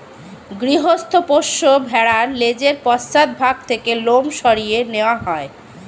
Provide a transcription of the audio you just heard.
গৃহস্থ পোষ্য ভেড়ার লেজের পশ্চাৎ ভাগ থেকে লোম সরিয়ে নেওয়া হয়